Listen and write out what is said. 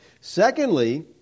Secondly